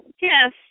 Yes